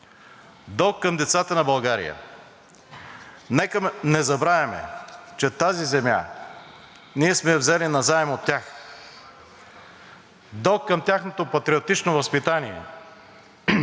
дълг към децата на България – нека не забравяме, че тази земя ние сме я взели назаем от тях; дълг към тяхното патриотично възпитание,